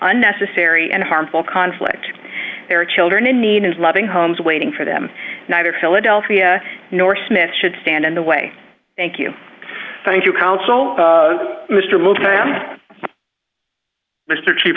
unnecessary and harmful conflict there are children in need as loving homes waiting for them neither philadelphia nor smith should stand in the way thank you thank you mr m